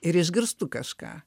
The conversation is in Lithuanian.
ir išgirstu kažką